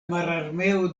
mararmeo